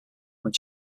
when